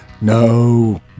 no